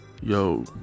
Yo